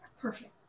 Perfect